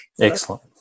Excellent